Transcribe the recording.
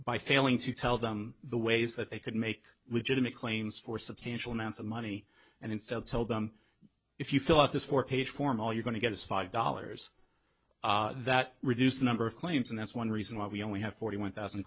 by failing to tell them the ways that they could make legitimate claims for substantial amounts of money and instead told them if you fill out this four page form all you're going to get is five dollars that reduced the number of claims and that's one reason why we only have forty one thousand